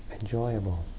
enjoyable